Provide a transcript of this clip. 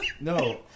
No